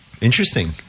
interesting